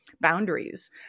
boundaries